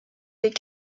des